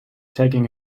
taking